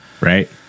right